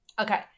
Okay